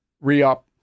re-up